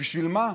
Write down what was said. ובשביל מה?